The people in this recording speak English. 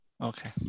Okay